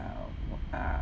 err